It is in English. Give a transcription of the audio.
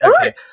Okay